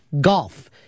golf